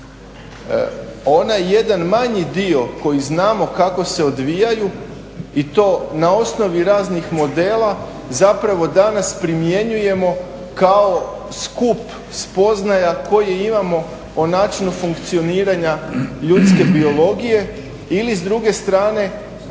Onaj jedan manji dio koji znamo kako se odvijaju i to na osnovi raznih modela zapravo danas primjenjujemo kao skup spoznaja koji imamo o načinu funkcioniranja ljudske biologije ili s druge strane